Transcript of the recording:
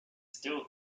still